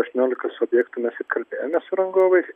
aštuoniolikos objektų mes ir kalbėjomės su rangovais